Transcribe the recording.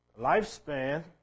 lifespan